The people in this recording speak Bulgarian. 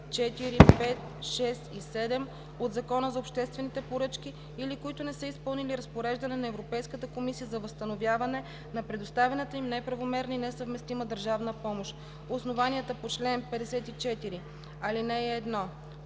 4, 5, 6 и 7 от Закона за обществените поръчки или които не са изпълнили разпореждане на Европейската комисия за възстановяване на предоставената им неправомерна и несъвместима държавна помощ; основанията по чл. 54, ал. 1, т.